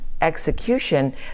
execution